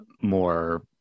more